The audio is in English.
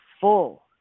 full